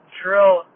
drill